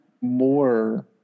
more